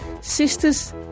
Sisters